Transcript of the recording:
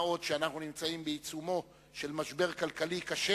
מה עוד שאנחנו בעיצומו של משבר כלכלי קשה